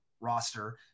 roster